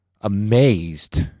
amazed